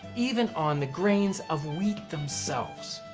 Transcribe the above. even on the grains of wheat themselves.